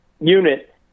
unit